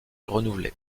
renouvelés